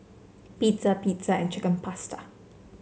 Pizza Pizza and Chicken Pasta